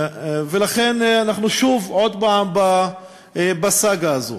ולכן אנחנו שוב, עוד פעם בסאגה הזאת.